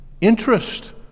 interest